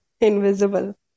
Invisible।